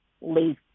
leave